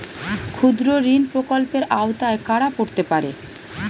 ক্ষুদ্রঋণ প্রকল্পের আওতায় কারা পড়তে পারে?